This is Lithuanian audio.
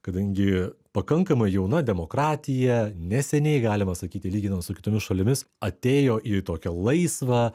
kadangi pakankamai jauna demokratija neseniai galima sakyti lyginant su kitomis šalimis atėjo į tokią laisvą